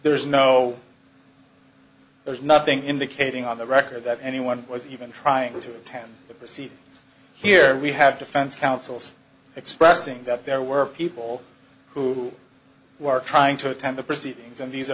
there's no there's nothing indicating on the record that anyone was even trying to attend the proceedings here we have defense counsel's expressing that there were people who were trying to attend the proceedings and these